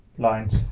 lines